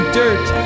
dirt